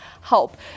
help